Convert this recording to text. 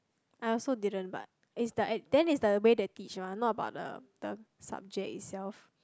I also didn't but it's like then it's like the way they teach [one] not about the the subject itself